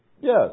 Yes